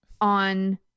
on